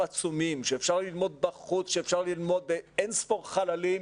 עצומים ואפשר ללמוד בחוץ ובאין-ספור חללים,